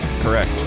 Correct